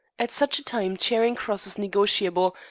at such a time charing cross is negotiable,